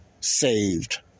saved